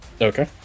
Okay